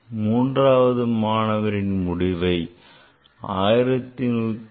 மூன்றாவது மாணவரும் முடிவை 1175